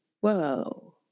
whoa